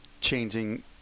changing